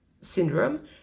syndrome